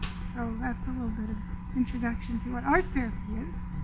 so that's a little bit of introduction to what art therapy is.